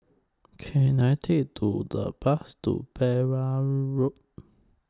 Can I Take to The Bus to Pereira Road